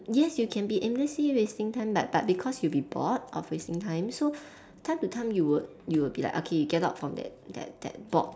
yes you can be aimlessly wasting time but but because you will be bored of wasting time so time to time you would you would be like okay you get out of that that bored